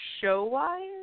show-wise